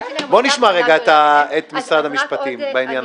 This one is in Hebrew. נשמע רגע את משרד המשפטים בעניין הזה.